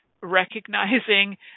recognizing